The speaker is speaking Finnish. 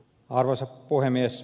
arvoisa puhemies